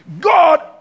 God